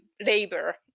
labor